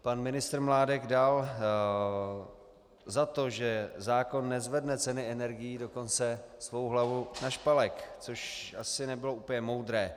Pan ministr Mládek dal za to, že zákon nezvedne ceny energií, dokonce svou hlavu na špalek, což asi nebylo úplně moudré.